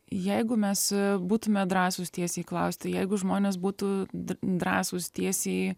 jeigu mes būtume drąsūs tiesiai klausti jeigu žmonės būtų d drąsūs tiesiai